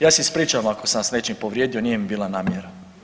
Ja se ispričavam ako sam vas s nečim povrijedio, nije mi bila namjera.